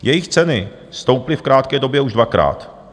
Jejich ceny stouply v krátké době už dvakrát.